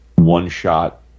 one-shot